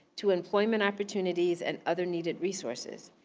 to employment opportunities and other needed resources.